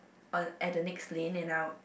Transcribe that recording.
on at the next lane and I